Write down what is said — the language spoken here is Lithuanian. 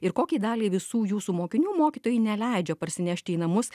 ir kokį dalį visų jūsų mokinių mokytojai neleidžia parsinešti į namus